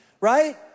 right